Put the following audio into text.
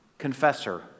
confessor